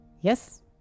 Yes